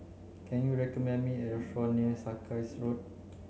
can you recommend me a restaurant near Sarkies Road